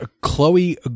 Chloe